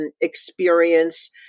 experience